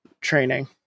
training